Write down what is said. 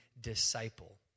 disciple